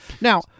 Now